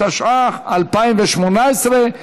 התשע"ח 2018,